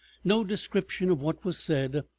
no description of what was said.